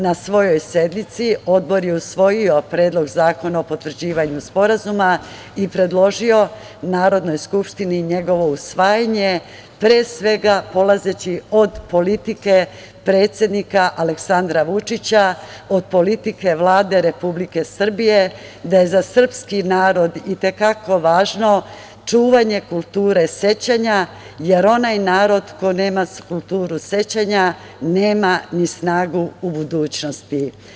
Na svojoj sednici Odbor je usvojio Predlog zakona o potvrđivanju sporazuma i predložio Narodnoj skupštini njegovo usvajanje, pre svega, polazeći od politike predsednika Aleksandra Vučića, od politike Vlade Republike Srbije da je za srpski narod i te kako važno čuvanje kulture sećanja, jer onaj narod koji nema kulturu sećanja nema ni snagu u budućnosti.